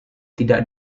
tidak